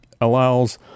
allows